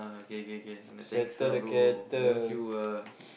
uh K K thanks ah bro love you ah